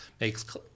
makes